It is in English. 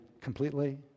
completely